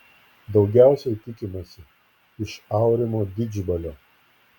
daugiausiai tikimasi iš aurimo didžbalio